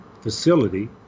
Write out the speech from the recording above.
facility